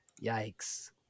yikes